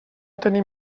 tenim